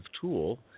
tool